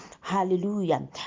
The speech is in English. hallelujah